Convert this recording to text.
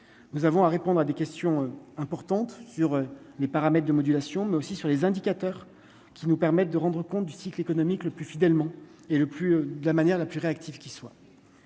nous avons à répondre à des questions importantes sur les paramètres de modulation, mais aussi sur les indicateurs qui nous permette de rendre compte du cycle économique le plus fidèlement et le plus de la manière la plus réactif qui soit